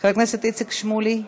חבר הכנסת איציק שמולי,